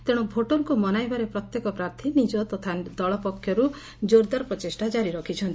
ତେଶୁ ଭୋଟରଙ୍କୁ ମନାଇବାରେ ପ୍ରତ୍ୟେକ ପ୍ରାର୍ଥୀ ନିକ ତଥା ଦଳ ତରଫରୁ ଜୋର୍ଦାର ପ୍ରଚେଷ୍ଟା ଜାରି ରଖ୍ଛନ୍ତି